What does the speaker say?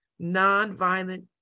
nonviolent